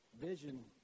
vision